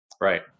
right